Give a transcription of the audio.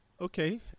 Okay